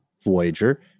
Voyager